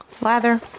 Lather